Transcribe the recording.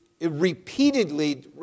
repeatedly